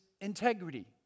integrity